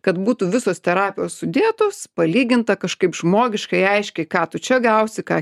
kad būtų visos terapijos sudėtos palyginta kažkaip žmogiškai aiškiai ką tu čia gausi ką